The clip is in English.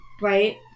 right